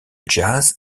jazz